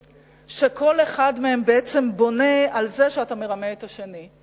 שכל אחד מהם בעצם בונה על זה שאתה מרמה את השני.